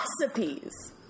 recipes